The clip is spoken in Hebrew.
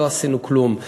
לא עשינו כלום.